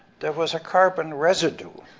there was a carbon residue,